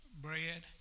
bread